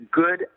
good